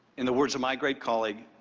in the words of my great colleague,